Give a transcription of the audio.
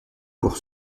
pour